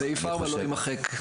סעיף 4 לא יימחק.